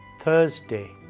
Thursday